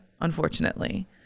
unfortunately